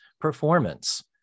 performance